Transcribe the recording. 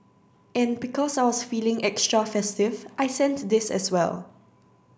and because I was feeling extra festive I sent this as well